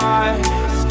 eyes